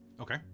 okay